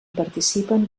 participen